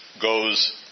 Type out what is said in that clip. goes